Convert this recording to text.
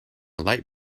light